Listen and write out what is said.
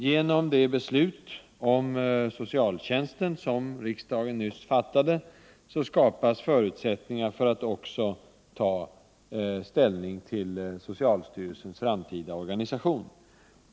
Genom det beslut om socialtjänsten som riksdagen nyss fattade skapas förutsättningar för att också ta ställning till socialstyrelsens framtida organisation.